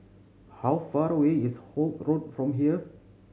how far away is Holt Road from here